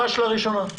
פשלה ראשונה.